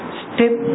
step